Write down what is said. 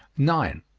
nine.